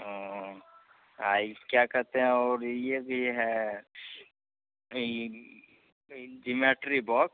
हाँ और इसको क्या कहते हैं और यह भी है यह जुमेट्री बॉक्स